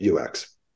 UX